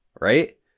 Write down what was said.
right